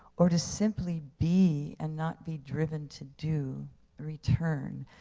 or to simply be and not be driven to do return.